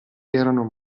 erano